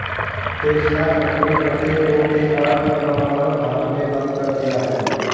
Tesla company बढ़ते करों के कारण अपना उत्पादन भारत में बंद कर दिया हैं